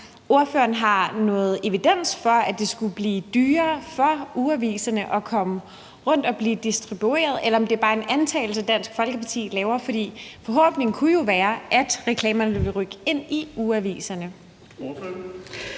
ordføreren har noget evidens for, at det skulle blive dyrere for ugeaviserne at komme rundt og blive distribueret, eller om det bare er en antagelse, Dansk Folkeparti gør, for forhåbningen kunne jo være, at reklamerne ville rykke ind i ugeaviserne.